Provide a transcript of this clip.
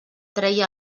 treia